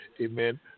amen